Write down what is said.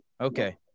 Okay